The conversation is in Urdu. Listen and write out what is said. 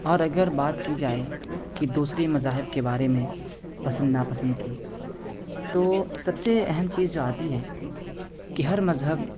اور اگر بات کی جائے کہ دوسرے مذاہب کے بارے میں پسند ناپسند کی تو سب سے اہم چیز جو آتی ہے کہ ہر مذہب